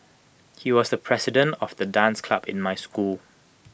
he was the president of the dance club in my school